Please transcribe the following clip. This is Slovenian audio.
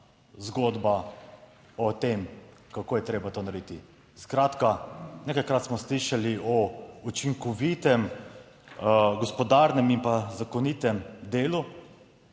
zgodba o tem, kako je treba to narediti. Skratka, nekajkrat smo slišali o učinkovitem gospodarnem in zakonitem delu,